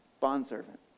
Bondservant